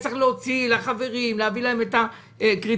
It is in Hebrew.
היה צריך לתת לחברים את הקריטריונים,